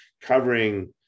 covering